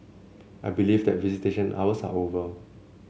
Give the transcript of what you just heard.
I believe that visitation hours are over